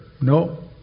No